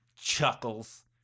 Chuckles